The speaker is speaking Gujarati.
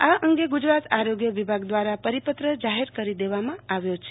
આ અંગે ગુજરાત આરોગ્ય વિભાગ દ્વારા પરિપત્ર જાહેર કરી દેવામાં આવ્યો છે